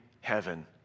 heaven